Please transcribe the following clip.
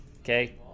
Okay